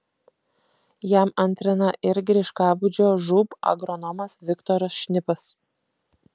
jam antrina ir griškabūdžio žūb agronomas viktoras šnipas